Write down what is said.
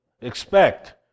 expect